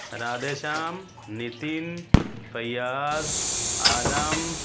Radhe Shyam Nitin Fayaz Alam